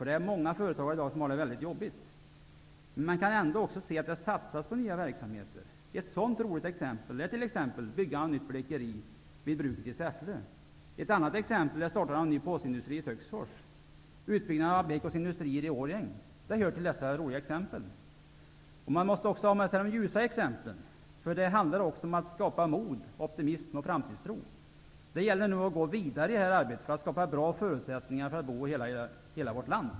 Det är många företagare som i dag har det väldigt jobbigt. Men man kan ändå se att det satsas på nya verksamheter. Ett sådant roligt exempel är byggandet av ett nytt blekeri vid Säffle bruk. Ett annat exempel är startandet av en ny påsindustri i Årjäng hör också till dessa roliga exempel. Man måste också ha med sig de ljusa exemplen. Det handlar om att skapa mod, optimism och framtidstro. Det gäller att man går vidare i detta arbete för att skapa bra förutsättningar att bo och leva i hela vårt land.